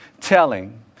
telling